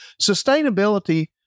Sustainability